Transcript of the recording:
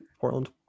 Portland